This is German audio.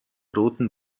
roten